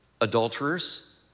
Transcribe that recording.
Adulterers